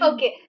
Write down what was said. Okay